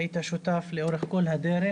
היית שותף לאורך כל הדרך,